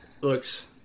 looks